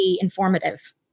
informative